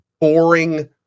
boring